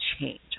change